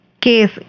case